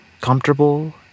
comfortable